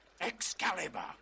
Excalibur